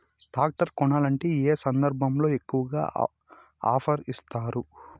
Tractor కొనాలంటే ఏ సందర్భంలో ఎక్కువగా ఆఫర్ ఇస్తారు?